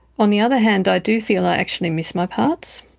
on the other hand, i do feel i actually miss my parts,